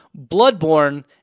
Bloodborne